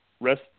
rest